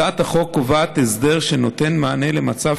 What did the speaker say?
הצעת החוק קובעת הסדר שנותן מענה למצב